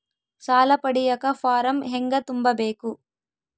ಸಾಲ ಪಡಿಯಕ ಫಾರಂ ಹೆಂಗ ತುಂಬಬೇಕು?